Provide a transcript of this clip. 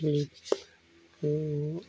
को